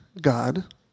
God